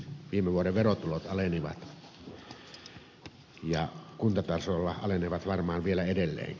viime vuoden verotulot alenivat ja kuntatasolla alenevat varmaan vielä edelleenkin